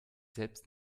selbst